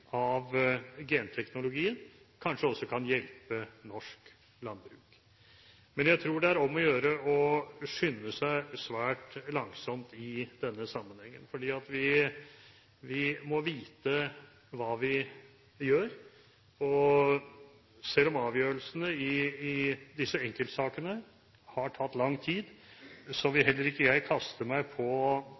av genteknologien kanskje kan hjelpe norsk landbruk. Men jeg tror det er om å gjøre å skynde seg svært langsomt i denne sammenhengen. For vi må vite hva vi gjør, og selv om avgjørelsene i disse enkeltsakene har tatt lang tid, vil heller ikke jeg kaste meg på